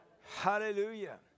Hallelujah